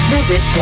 Visit